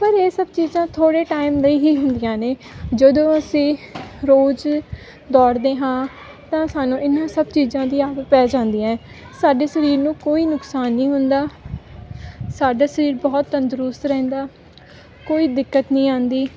ਪਰ ਇਹ ਸਭ ਚੀਜ਼ਾਂ ਥੋੜ੍ਹੇ ਟਾਈਮ ਲਈ ਹੀ ਹੁੰਦੀਆਂ ਨੇ ਜਦੋਂ ਅਸੀਂ ਰੋਜ਼ ਦੌੜਦੇ ਹਾਂ ਤਾਂ ਸਾਨੂੰ ਇਹਨਾਂ ਸਭ ਚੀਜ਼ਾਂ ਦੀ ਆਦਤ ਪੈ ਜਾਂਦੀ ਆ ਸਾਡੇ ਸਰੀਰ ਨੂੰ ਕੋਈ ਨੁਕਸਾਨ ਨਹੀਂ ਹੁੰਦਾ ਸਾਡਾ ਸਰੀਰ ਬਹੁਤ ਤੰਦਰੁਸਤ ਰਹਿੰਦਾ ਕੋਈ ਦਿੱਕਤ ਨਹੀਂ ਆਉਂਦੀ